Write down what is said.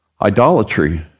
Idolatry